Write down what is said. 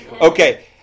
Okay